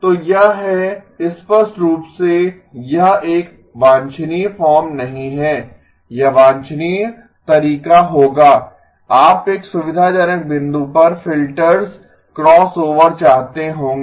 तो यह है स्पष्ट रूप से यह एक वांछनीय फॉर्म नहीं है यह वांछनीय तरीका होगा आप एक सुविधाजनक बिंदु पर फिल्टर्स क्रॉस ओवर चाहतें होंगें